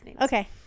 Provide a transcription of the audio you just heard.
Okay